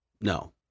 No